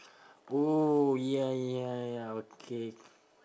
oh ya ya ya okay